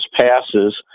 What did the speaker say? passes –